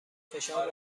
فشار